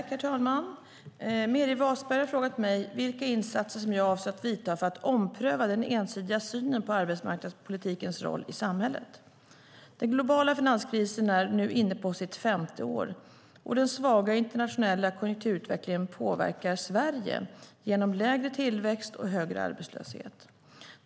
Herr talman! Meeri Wasberg har frågat mig vilka insatser som jag avser att vidta för att ompröva den ensidiga synen på arbetsmarknadspolitikens roll i samhället. Den globala finanskrisen är nu inne på sitt femte år. Den svaga internationella konjunkturutvecklingen påverkar Sverige genom lägre tillväxt och högre arbetslöshet.